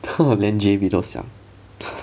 !wah! 连 J_B 都想